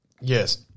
Yes